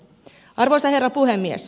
arvoisa herra puhemies